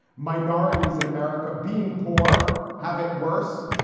minorities in america being poor have it worse.